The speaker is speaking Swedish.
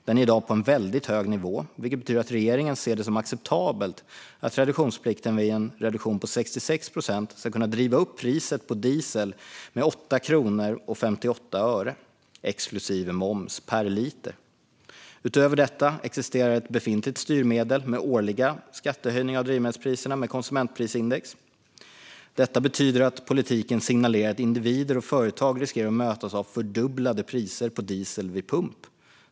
Den är i dag på en väldigt hög nivå, vilket betyder att regeringen ser det som acceptabelt att reduktionsplikten vid en reduktion på 66 procent ska kunna driva upp priset på diesel med 8 kronor och 58 öre per liter, exklusive moms. Utöver detta existerar ett befintligt styrmedel med årliga skattehöjningar av drivmedelspriserna enligt konsumentprisindex. Detta betyder att politiken signalerar att individer och företag riskerar att mötas av fördubblade priser på diesel vid pump.